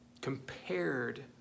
compared